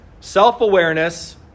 self-awareness